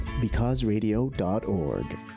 becauseradio.org